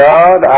God